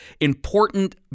important